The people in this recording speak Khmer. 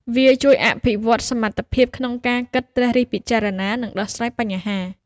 វាជួយអភិវឌ្ឍសមត្ថភាពក្នុងការគិតត្រិះរិះពិចារណា និងដោះស្រាយបញ្ហា។